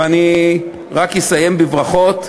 ואני אסיים בברכות.